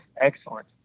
excellent